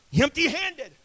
empty-handed